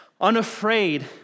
unafraid